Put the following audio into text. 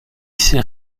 sait